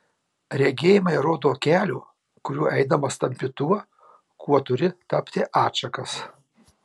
regėjimai rodo kelio kuriuo eidamas tampi tuo kuo turi tapti atšakas